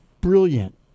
brilliant